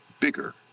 bigger